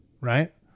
right